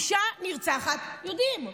אישה נרצחת, יודעים.